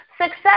Success